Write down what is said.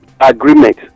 agreement